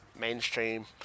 mainstream